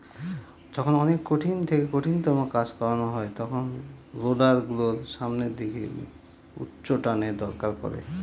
যখন অনেক কঠিন থেকে কঠিনতম কাজ করানো হয় তখন রোডার গুলোর সামনের দিকে উচ্চটানের দরকার পড়ে